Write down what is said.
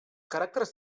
caràcters